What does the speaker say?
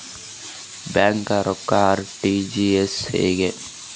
ಬ್ಯಾಂಕ್ದಾಗ ರೊಕ್ಕ ಆರ್.ಟಿ.ಜಿ.ಎಸ್ ಹೆಂಗ್ರಿ?